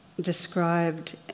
described